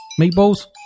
Meatballs